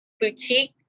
boutique